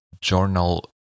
journal